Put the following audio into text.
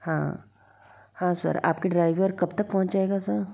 हाँ हाँ सर आपका ड्राइवर कब तक पहुँच जाएगा सर